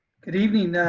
good evening.